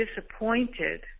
disappointed